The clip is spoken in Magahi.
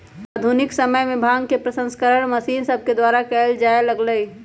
आधुनिक समय में भांग के प्रसंस्करण मशीन सभके द्वारा कएल जाय लगलइ